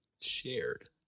shared